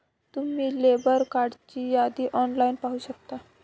तुम्ही लेबर कार्डची यादी ऑनलाइन पाहू शकता